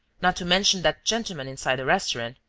not to mention that gentleman inside the restaurant.